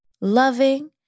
loving